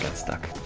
stuck